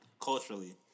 culturally